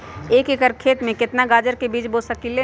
एक एकर खेत में केतना गाजर के बीज बो सकीं ले?